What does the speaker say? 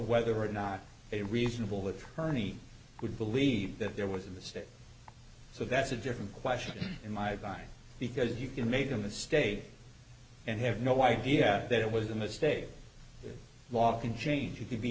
whether or not a reasonable with her many would believe that there was a mistake so that's a different question in my mind because you can make a mistake and have no idea that it was a mistake walking change you could be